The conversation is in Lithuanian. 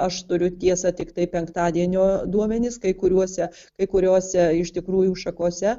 aš turiu tiesa tiktai penktadienio duomenis kai kuriuose kai kuriose iš tikrųjų šakose